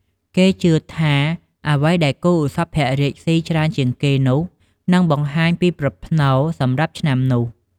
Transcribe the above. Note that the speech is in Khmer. គេជឿថា អ្វីដែលគោឧសភរាជស៊ីច្រើនជាងគេនោះ នឹងបង្ហាញពីប្រផ្នូលសម្រាប់ឆ្នាំនោះ។